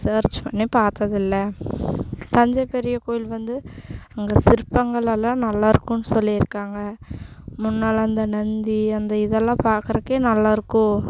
search பண்ணி பார்த்தது இல்லை தஞ்சை பெரிய கோவில் வந்து அங்கே சிற்பங்களெல்லாம் நல்லா இருக்கும்னு சொல்லியிருக்காங்க முன்னெல்லாம் இந்த நந்தி அந்த இதெல்லாம் பார்க்குறதுக்கே நல்லா இருக்கும்